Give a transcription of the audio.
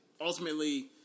ultimately